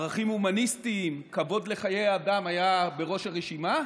ערכים הומניסטיים, כבוד לחיי אדם היה בראש הרשימה,